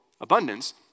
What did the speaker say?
abundance